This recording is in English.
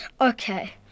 Okay